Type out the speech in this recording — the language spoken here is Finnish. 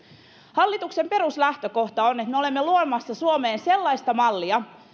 hallituksen peruslähtökohta on että me olemme luomassa suomeen sellaista mallia